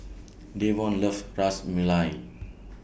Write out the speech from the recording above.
Davon loves Ras Malai